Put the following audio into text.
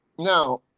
Now